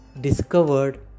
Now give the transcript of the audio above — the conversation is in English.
discovered